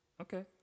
Okay